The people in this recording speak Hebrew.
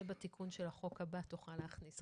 זה בתיקון של החוק הבא, תוכל להכניס.